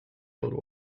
world